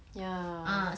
ya